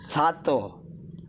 ସାତ